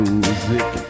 music